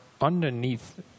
underneath